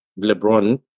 LeBron